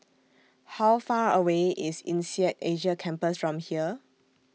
How Far away IS Insead Asia Campus from here